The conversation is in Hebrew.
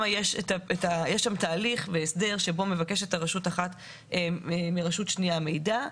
יש שם תהליך והסדר שבו מבקשת רשות אחת מרשות שנייה מידע.